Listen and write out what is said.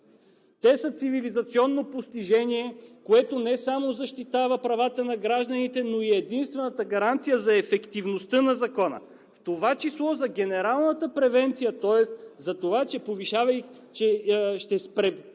Те са цивилизационно постижение, което не само защитава правата на гражданите, но е и единствената гаранция за ефективността на Закона, в това число за генералната превенция, тоест за това, че ще предотвратите да